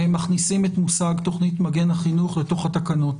מכניסים את המושג "תוכנית מגן חינוך" לתקנות,